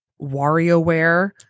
WarioWare